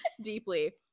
deeply